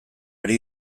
ari